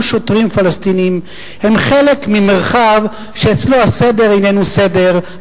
שוטרים פלסטינים הם חלק ממרחב שאצלו הסדר איננו סדר,